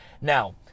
Now